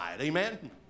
amen